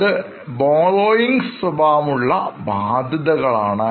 അത് borrowings സ്വഭാവമുള്ള ബാധ്യതകളാണ്